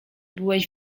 byłeś